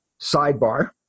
Sidebar